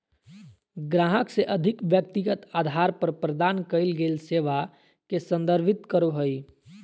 ग्राहक के अधिक व्यक्तिगत अधार पर प्रदान कइल गेल सेवा के संदर्भित करो हइ